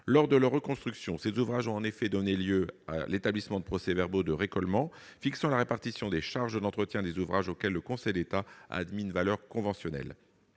Lors de leur reconstruction, ces ouvrages ont en effet donné lieu à l'établissement de procès-verbaux de récolement fixant la répartition des charges d'entretien des ouvrages auxquels le Conseil d'État a admis une valeur conventionnelle.